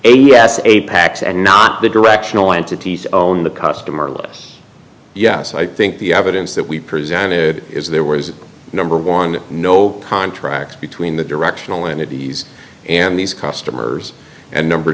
b s apacs and not the directional entities own the customer list yes i think the evidence that we presented is there was a number one no contract between the directional entities and these customers and number